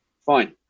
fine